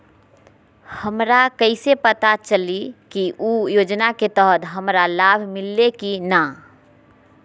हमरा कैसे पता चली की उ योजना के तहत हमरा लाभ मिल्ले की न?